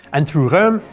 and through rohm,